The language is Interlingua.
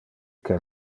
que